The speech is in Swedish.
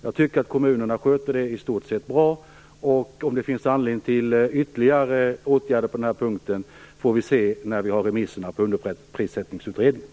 Jag tycker att kommunerna sköter det i stort sett bra, och huruvida det finns anledning till ytterligare åtgärder på den här punkten får vi se när vi har remisserna på Underprissättningsutredningen.